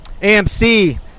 AMC